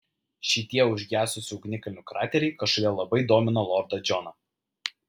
šitie užgesusių ugnikalnių krateriai kažkodėl labai domino lordą džoną